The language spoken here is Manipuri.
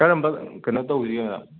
ꯀꯔꯝꯕ ꯀꯩꯅꯣ ꯇꯧꯁꯤꯒꯦ